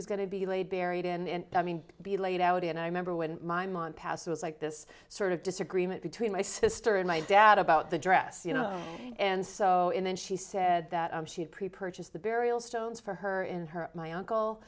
was going to be laid buried in i mean be laid out and i remember when my mom passed it was like this sort of disagreement between my sister and my dad about the dress you know and so and then she said that she had pre purchased the burial stones for her in her my uncle